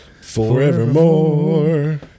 forevermore